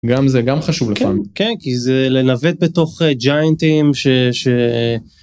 גם זה גם חשוב לך. כן כי זה לנווט בתוך ג'יינטים.